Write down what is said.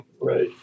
Right